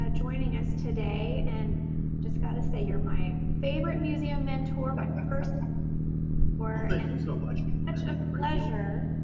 ah joining us today and just got to say you're my favorite museum mentor, my first well, thank you so much kaitlyn. such a pleasure,